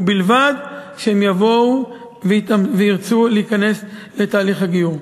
ובלבד שהם יבואו וירצו להיכנס לתהליך הגיור.